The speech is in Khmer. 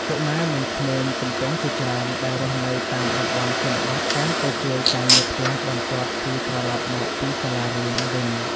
កុមារនិងក្មេងជំទង់ជាច្រើនដែលរស់នៅតាមតំបន់ជនបទតែងតែជួយការងារផ្ទះបន្ទាប់ពីត្រឡប់មកពីសាលារៀនវិញ។